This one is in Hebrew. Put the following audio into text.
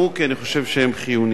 כי אני חושב שהם חיוניים.